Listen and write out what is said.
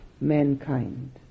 Mankind